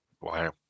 Wow